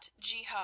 jihad